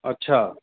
अच्छा